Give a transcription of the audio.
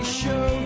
show